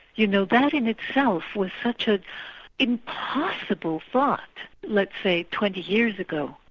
you know, that in itself was such an impossible thought let's say twenty years ago,